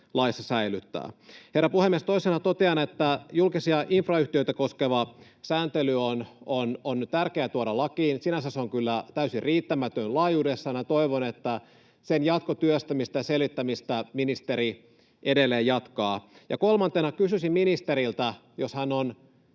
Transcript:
laissa säilyttää. Herra puhemies! Toisena totean, että julkisia infrayhtiöitä koskeva sääntely on nyt tärkeää tuoda lakiin. Sinänsä se on kyllä täysin riittämätön laajuudessaan, ja toivon, että sen jatkotyöstämistä ja selvittämistä ministeri edelleen jatkaa. Ja kolmantena kysyisin ministeriltä, jos hän on